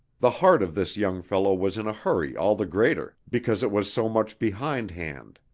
the heart of this young fellow was in a hurry all the greater because it was so much behindhand.